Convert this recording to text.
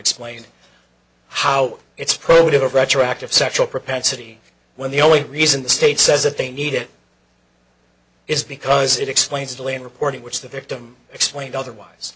explaining how it's proto retroactive sexual propensity when the only reason the state says that they need it is because it explains a delay in reporting which the victim explained otherwise